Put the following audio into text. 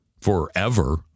forever